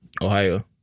Ohio